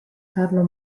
carlo